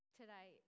today